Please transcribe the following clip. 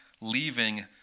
leaving